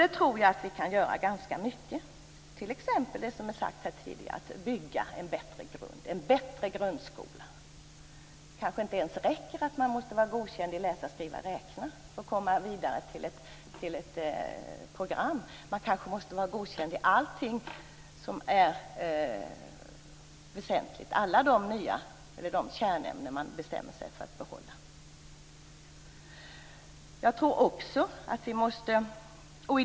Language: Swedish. Jag tror att vi i ganska stor utsträckning kan göra detta, t.ex. genom att, som här tidigare har sagts, bygga en bättre grundskola. Det räcker kanske inte ens med att ha Godkänd i läsning, skrivning och räkning för att komma vidare till ett program. Man måste kanske ha Godkänd i alla de kärnämnen som man bestämmer sig för att behålla.